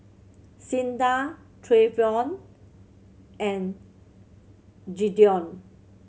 Cinda Trayvon and Gideon